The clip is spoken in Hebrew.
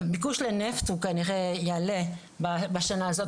ביקוש לנפט כנראה בשנה הזו,